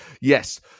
yes